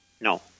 No